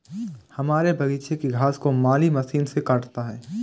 हमारे बगीचे की घास को माली मशीन से काटता है